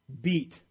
beat